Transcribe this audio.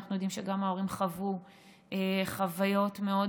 אנחנו יודעים שגם ההורים חוו חוויות מאוד